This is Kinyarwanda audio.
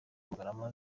kuguhamagara